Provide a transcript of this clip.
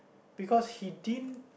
because he didn't